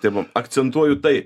tai vam akcentuoju tai